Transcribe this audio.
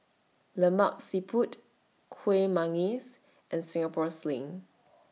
Lemak Siput Kuih Manggis and Singapore Sling